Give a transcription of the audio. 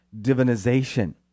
divinization